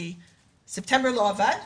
כי ספטמבר לא עבד,